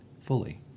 fully